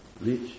Rich